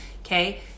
Okay